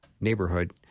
neighborhood